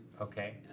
Okay